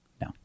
No